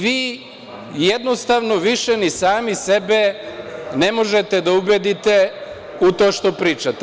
Vi jednostavno više ni sami sebe ne možete da ubedite u to što pričate.